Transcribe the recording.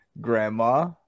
grandma